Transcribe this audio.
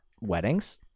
weddings